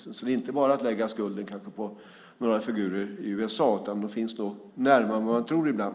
Man kan alltså inte bara lägga skulden på några figurer i USA, utan de finns nog närmare än man tror ibland.